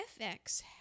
FX